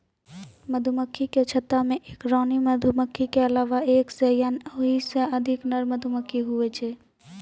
मधुमक्खी के छत्ता मे एक रानी मधुमक्खी के अलावा एक सै या ओहिसे अधिक नर मधुमक्खी हुवै छै